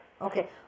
Okay